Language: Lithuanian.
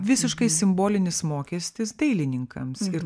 visiškai simbolinis mokestis dailininkams ir